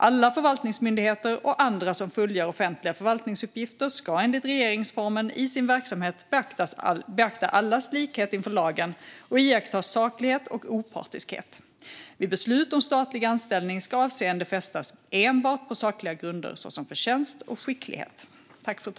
Alla förvaltningsmyndigheter och andra som fullgör offentliga förvaltningsuppgifter ska enligt regeringsformen i sin verksamhet beakta allas likhet inför lagen och iaktta saklighet och opartiskhet. Vid beslut om statlig anställning ska avseende fästas enbart vid sakliga grunder, såsom förtjänst och skicklighet.